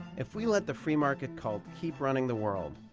if we let the free-market cult keep running the world,